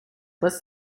was